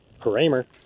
Kramer